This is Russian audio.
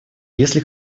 если